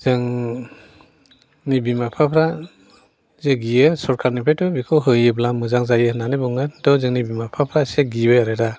जोंनि बिमा बिफाफ्रा जि गियो सरखारनिफ्रायथ' बिखौ होयोब्ला मोजां जायो होननानै बुङो जोंनि बिमा बिफाफ्रा एसे गिबाय आरो दा